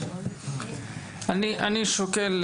אני שוקל,